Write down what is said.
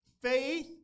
Faith